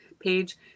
page